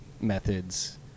methods